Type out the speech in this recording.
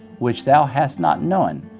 which thou hast not known,